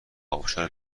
ابشار